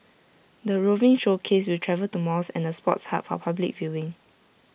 the roving showcase will travel to malls and the sports hub for public viewing